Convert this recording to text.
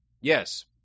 Yes